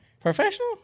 Professional